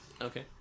Okay